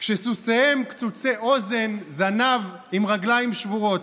כשסוסיהם קצוצי אוזן וזנב, עם רגליים שבורות.